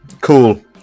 Cool